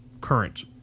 current